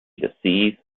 deceive